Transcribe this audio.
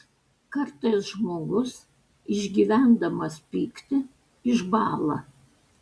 kartais žmogus išgyvendamas pyktį išbąla